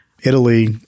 Italy